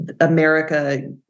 America